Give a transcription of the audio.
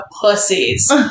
pussies